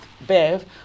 Bev